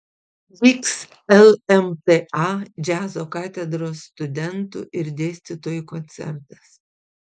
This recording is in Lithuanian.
vyks lmta džiazo katedros studentų ir dėstytojų koncertas